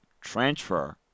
transfer